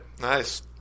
Nice